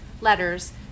letters